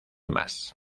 más